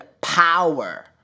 power